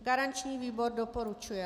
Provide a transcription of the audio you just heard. Garanční výbor doporučuje.